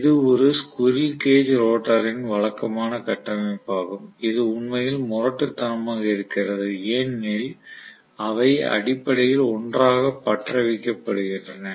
இது ஒரு squirrel cage ரோட்டரின் வழக்கமான கட்டமைப்பாகும் இது உண்மையில் முரட்டுத்தனமாக இருக்கிறது ஏனெனில் அவை அடிப்படையில் ஒன்றாக பற்றவைக்கப்படுகின்றன